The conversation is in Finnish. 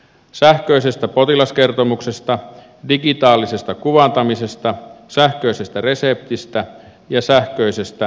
sähköisestä potilaskertomuksesta digitaalisesta kuvantamisesta sähköisestä reseptistä ja sähköisestä rekisteröitymisestä